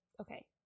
okay